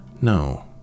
No